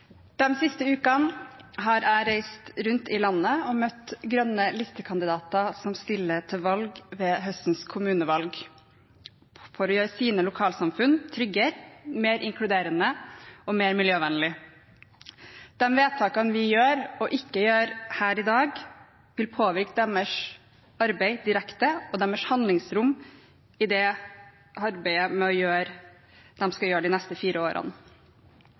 å gjøre sine lokalsamfunn tryggere, mer inkluderende og mer miljøvennlige. De vedtakene vi gjør – og ikke gjør – her i dag, vil påvirke deres arbeid direkte og deres handlingsrom i det arbeidet de skal gjøre de neste fire årene.